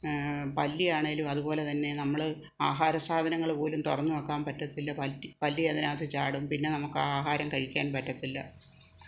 പല്ലിയാണെങ്കിലും അതുപോലെ തന്നെ നമ്മൾ ആഹാര സാധനങ്ങൾ പോലും തുറന്ന് വെക്കാൻ പറ്റത്തില്ല പല്ലി പല്ലി അതിനകത്ത് ചാടും പിന്നെ നമുക്ക് ആഹാരം കഴിക്കാൻ പറ്റത്തില്ല